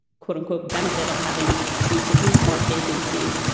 quote unquote, benefit of having two supreme court vacancies.